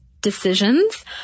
decisions